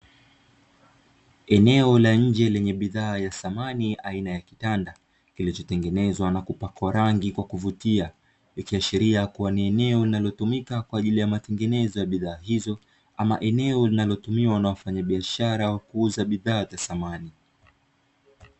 Eneo la nje lenye bidhaa ya samani aina ya kitanda, kilichotengenezwa na kupakwa rangi ya kuvutia, ikiashiria ni eneo linalotumika kwa ajili ya matengenezo ya bidhaa hizo, ama eneo linalotumika na wafanya biashara wa kuuza bidhaa za samani.